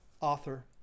author